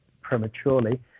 prematurely